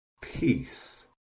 peace